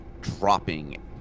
dropping